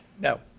no